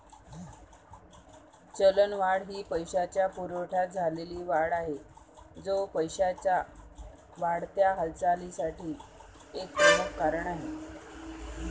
चलनवाढ ही पैशाच्या पुरवठ्यात झालेली वाढ आहे, जो पैशाच्या वाढत्या हालचालीसाठी एक प्रमुख कारण आहे